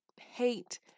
hate